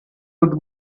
would